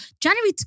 January